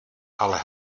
ale